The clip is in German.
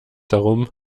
darum